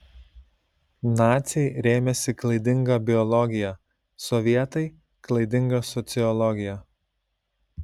naciai rėmėsi klaidinga biologija sovietai klaidinga sociologija